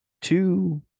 two